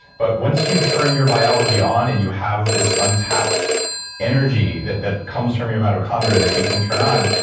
but once you turn your biology on and you have this untapped energy that that comes from your mitochondria that you can turn on,